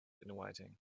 inviting